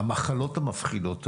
המחלות המפחידות האלה,